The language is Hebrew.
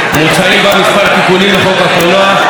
ומוצעים בה כמה תיקונים לחוק הקולנוע,